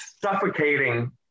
suffocating